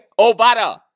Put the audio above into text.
Obata